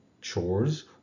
chores